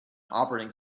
operating